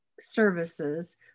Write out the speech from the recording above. services